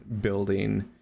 building